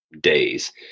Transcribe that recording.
Days